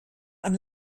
een